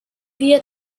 wir